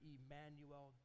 Emmanuel